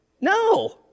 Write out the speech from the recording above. No